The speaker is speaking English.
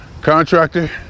contractor